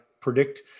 predict